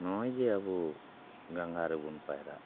ᱱᱚᱜᱼᱚᱭ ᱡᱮ ᱟᱵᱚ ᱜᱟᱸᱜᱟ ᱨᱮᱵᱚᱱ ᱯᱟᱭᱨᱟᱜ